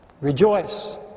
Rejoice